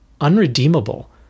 unredeemable